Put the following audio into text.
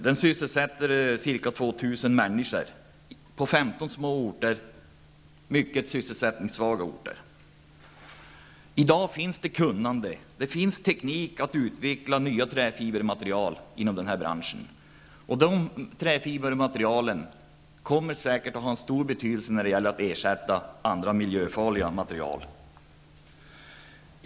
Den sysselsätter ca 2 000 människor på 15 mycket sysselsättningssvaga små orter. I dag finns kunnande, och det finns teknik att utveckla nya träfibermaterial inom den här branschen. Dessa träfibermaterial kommer säkert att ha stor betydelse när det gäller att ersätta andra miljöfarliga material.